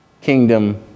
kingdom